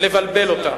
לבלבל אותה.